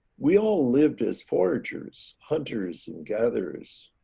we all lived as foragers, hunters and gatherers.